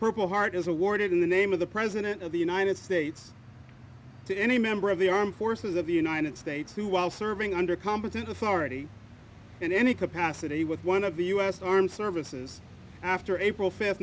purple heart is awarded in the name of the president of the united states to any member of the armed forces of the united states who while serving under competent authority in any capacity with one of the us armed services after april